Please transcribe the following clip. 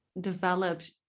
developed